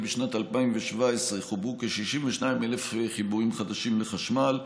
בשנת 2017 חוברו כ-62,000 חיבורים חדשים לחשמל,